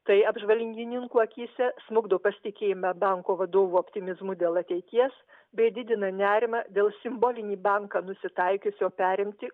tai apžvalgininkų akyse smukdo pasitikėjimą banko vadovo optimizmu dėl ateities bei didina nerimą dėl simbolinį banką nusitaikiusio perimti